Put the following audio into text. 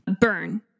burn